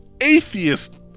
atheist